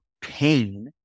pain